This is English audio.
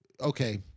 Okay